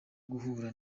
guhura